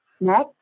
next